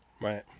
Right